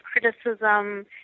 criticism